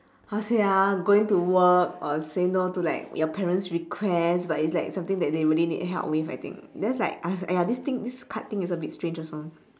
how to say ah going to work or saying no to like your parents' request but it's like something that they really need help with I think that's like uh !aiya! this thing this card thing is a bit strange also